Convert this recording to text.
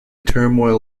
turmoil